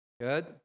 Good